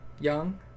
Young